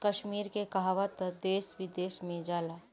कश्मीर के कहवा तअ देश विदेश में जाला